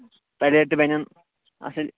plate تہِ بَنن اَصٕلۍ